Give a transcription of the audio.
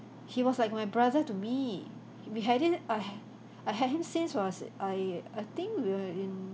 he was like my brother to me we had him I I had him since he was I I think we were in